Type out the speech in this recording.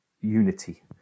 unity